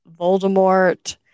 Voldemort